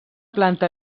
planta